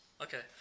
Okay